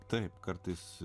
taip kartais